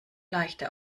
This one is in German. leichte